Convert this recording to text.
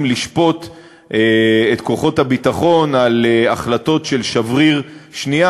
לשפוט את כוחות הביטחון על החלטות של שבריר שנייה,